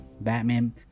batman